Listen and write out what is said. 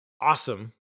awesome